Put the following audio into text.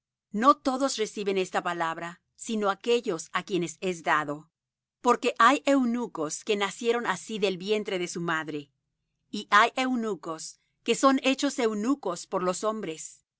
no todos reciben esta palabra sino aquellos á quienes es dado porque hay eunucos que nacieron así del vientre de su madre y hay eunucos que son hechos eunucos por los hombres